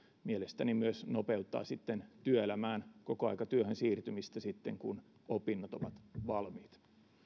mielestäni myös nopeuttaa työelämään kokoaikatyöhön siirtymistä sitten kun opinnot ovat valmiit